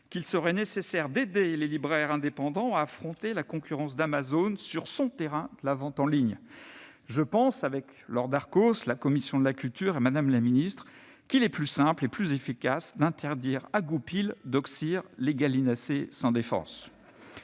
qu'il serait nécessaire d'aider les libraires indépendants à affronter la concurrence d'Amazon sur son terrain de la vente en ligne. Je pense, avec Laure Darcos, la commission de la culture et Mme la ministre, qu'il est plus simple et plus efficace d'interdire à goupil d'occire les gallinacés sans défense.